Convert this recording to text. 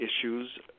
issues